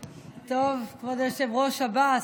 בדיוק, טוב, כבוד היושב-ראש עבאס,